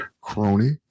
crony